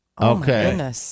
Okay